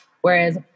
whereas